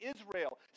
Israel